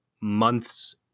months